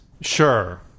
Sure